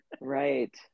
Right